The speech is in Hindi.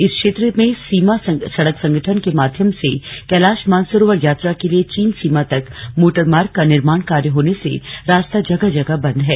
इस क्षेत्र में सीमा सड़क संगठन के माध्यम से कैलाश मानसरोवर यात्रा के लिए चीन सीमा तक मोटरमार्ग का निमाण कार्य होने से रास्ता जगह जगह बंद है